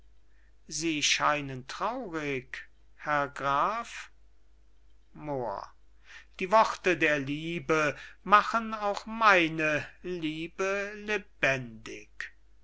sie scheinen traurig herr graf moor die worte der liebe machen auch meine liebe lebendig